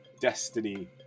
Destiny